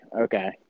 Okay